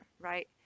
right